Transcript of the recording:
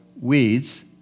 weeds